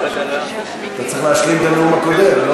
אתה צריך להשלים את הנאום הקודם.